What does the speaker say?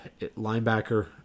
linebacker